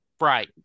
Right